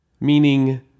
meaning